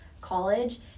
college